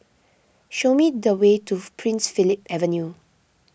show me the way to Prince Philip Avenue